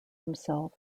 himself